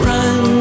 Run